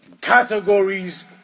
categories